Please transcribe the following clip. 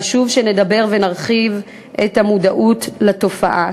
חשוב שנדבר ונרחיב את המודעות לתופעה.